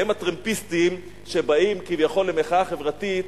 והם הטרמפיסטים שבאים כביכול למחאה חברתית,